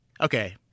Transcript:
Okay